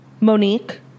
Monique